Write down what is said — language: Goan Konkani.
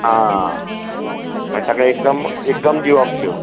आं ताका एकदम एकदम दिवप त्यो